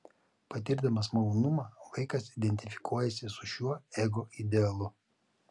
patirdamas malonumą vaikas identifikuojasi su šiuo ego idealu